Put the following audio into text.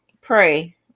pray